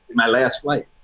my last flight.